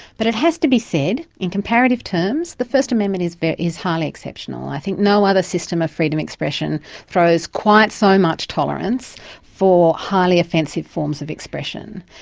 but it has to be said, in comparative terms the first amendment is but is highly exceptional. i think no other system of freedom of expression throws quite so much tolerance for highly offensive forms of expression.